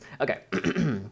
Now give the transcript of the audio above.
Okay